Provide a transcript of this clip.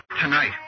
Tonight